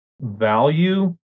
value